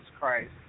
Christ